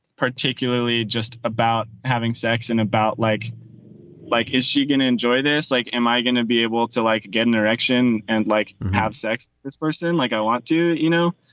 particularly just about having sex and about like like, is she going to enjoy this? like, am i going to be able to, like, get an erection and like, have sex? this person like, i want to you know,